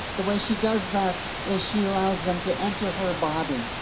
the way she does that is she allows them to enter her body.